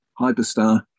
hyperstar